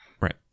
right